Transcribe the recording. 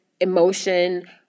emotion